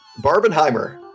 Barbenheimer